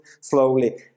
slowly